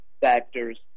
factors